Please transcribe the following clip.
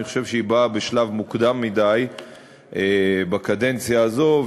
אני חושב שהיא באה בשלב מוקדם מדי בקדנציה הזו,